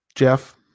Jeff